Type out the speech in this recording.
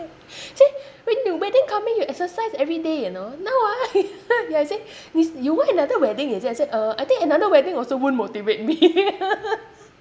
see when you wedding coming you exercise every day you know now ah ya I say is you want another wedding is it I say uh I think another wedding also won't motivate me